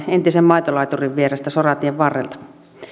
entisen maitolaiturin vierestä soratien varrelta